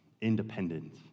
independent